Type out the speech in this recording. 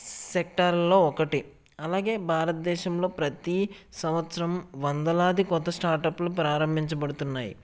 సెక్టార్ల్లో ఒకటి అలాగే భారతదేశంలో ప్రతి సంవత్సరం వందలాది కొత్త స్టార్ట్అప్లు ప్రారంభించబడుతున్నాయి